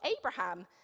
Abraham